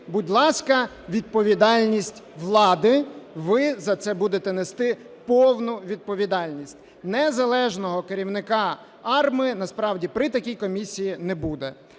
будь ласка, відповідальність влади – ви за це будете нести повну відповідальність. Незалежного керівника АРМА насправді при такій комісії не буде.